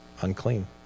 unclean